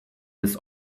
this